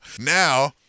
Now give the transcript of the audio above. Now